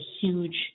huge